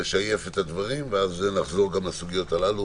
לשייף את הדברים, ואז נחזור גם לסוגיות הללו